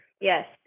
Yes